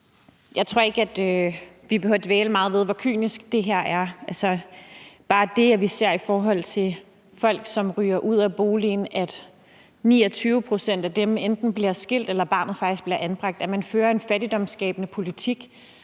Jeg tror ikke, vi behøver at dvæle meget ved, hvor kynisk det her er – altså bare det, vi ser, i forhold til folk, som ryger ud af boligen, hvor det for 29 pct. af dem er, at man enten bliver skilt, eller at barnet faktisk bliver anbragt. At man fører en fattigdomsskabende politik,